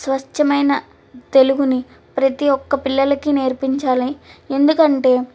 స్వచ్ఛమైన తెలుగుని ప్రతి ఒక్క పిల్లలకి నేర్పించాలి ఎందుకంటే